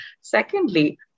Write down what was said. Secondly